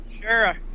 Sure